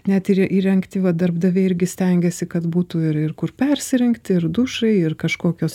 net ir įrengti va darbdaviai irgi stengiasi kad būtų ir ir kur persirengti ir dušai ir kažkokios